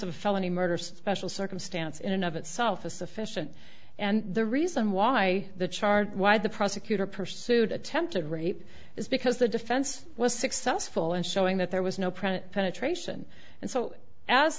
of felony murder special circumstance in and of itself is sufficient and the reason why the charge why the prosecutor pursued attempted rape is because the defense was successful in showing that there was no print penetration and so as